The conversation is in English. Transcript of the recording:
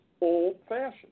old-fashioned